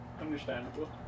Understandable